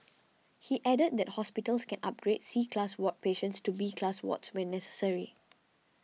he added that hospitals can upgrade C class ward patients to B class wards when necessary